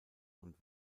und